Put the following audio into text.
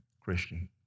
Christian